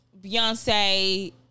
Beyonce